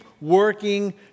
working